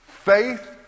Faith